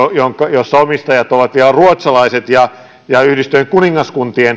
jossa omistajat ovat vielä ruotsalaiset ja ja yhdistyneen kuningaskunnan